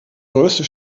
größte